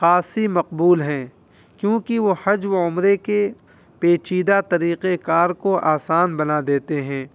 خاصی مقبول ہیں کیونکہ وہ حج و عمرے کے پیچیدہ طریقۂ کار کو آسان بنا دیتے ہیں